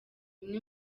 bimwe